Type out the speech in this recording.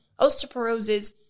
osteoporosis